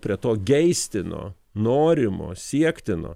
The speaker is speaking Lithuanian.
prie to geistino norimo siektino